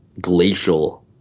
glacial